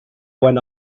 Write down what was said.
when